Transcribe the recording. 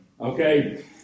okay